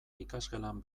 ikasgelan